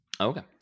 okay